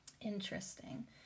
Interesting